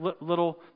little